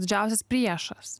didžiausias priešas